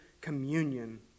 communion